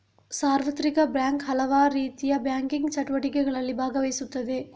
ಸಾರ್ವತ್ರಿಕ ಬ್ಯಾಂಕು ಹಲವಾರುರೀತಿಯ ಬ್ಯಾಂಕಿಂಗ್ ಚಟುವಟಿಕೆಗಳಲ್ಲಿ ಭಾಗವಹಿಸುತ್ತದೆ